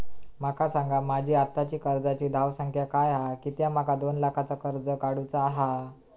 माका सांगा माझी आत्ताची कर्जाची धावसंख्या काय हा कित्या माका दोन लाखाचा कर्ज काढू चा हा?